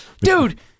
dude